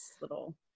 little